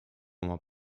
oma